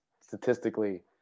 statistically